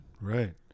right